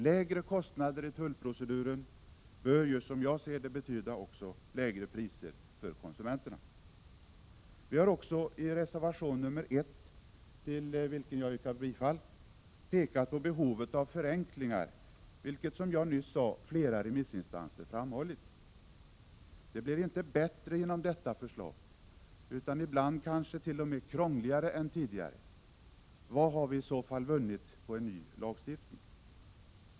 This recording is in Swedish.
Lägre kostnader för tullproceduren bör ju, som jag ser det, betyda lägre priser också för konsumenterna. Vi har också i reservation nr 1, till vilken jag yrkar bifall, pekat på behovet av förenklingar, vilket, som jag nyss sade, flera remissinstanser framhållit. Det blir inte bättre genom detta förslag utan ibland kanske t.o.m. krångligare än tidigare. Vad har vi i så fall vunnit på en ny lagstiftning?